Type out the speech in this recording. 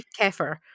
kefir